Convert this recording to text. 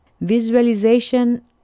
Visualization